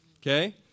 okay